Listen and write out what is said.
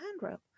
handrail